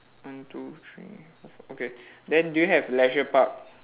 one two three four fi~ okay then do you have leisure park